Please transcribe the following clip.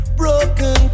broken